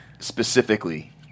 Specifically